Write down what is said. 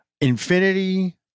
infinity